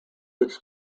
which